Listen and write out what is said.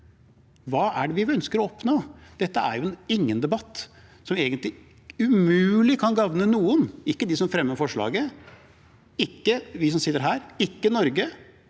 Hva er det vi ønsker å oppnå? Dette er en debatt som egentlig umulig kan gagne noen – ikke de som fremmer forslaget, ikke vi som sitter her, og ikke Norge,